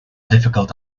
difficult